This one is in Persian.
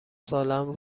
سالهام